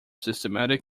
systematic